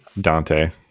Dante